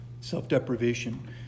self-deprivation